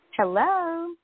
Hello